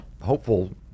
hopeful